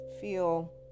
feel